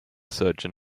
surgeon